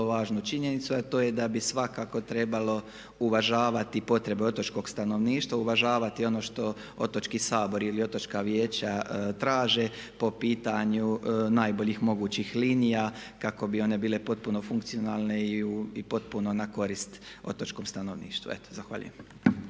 važnu činjenicu a to je da bi svakako trebalo uvažavati potrebe otočkog stanovništva, uvažavati ono što Otočni sabor ili Otočna vijeća traže po pitanju najboljih mogućih linija kako bi one bile potpuno funkcionalne i potpuno na korist otočkom stanovništvu. Eto, zahvaljujem.